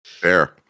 Fair